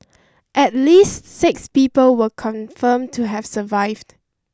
at least six people were confirmed to have survived